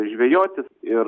žvejoti ir